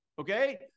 Okay